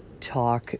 talk